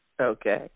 Okay